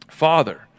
father